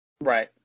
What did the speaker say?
Right